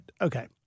Okay